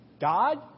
God